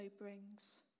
brings